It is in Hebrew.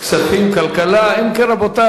רבותי,